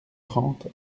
trente